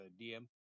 DM